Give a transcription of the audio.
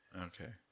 okay